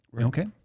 Okay